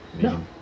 No